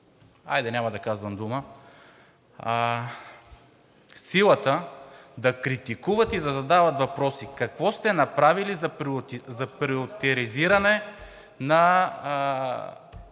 хайде, няма да казвам дума, силата да критикуват и да задават въпроси. Какво сте направили за приоритизиране на